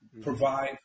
provide